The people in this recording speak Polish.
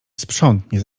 sprzątnie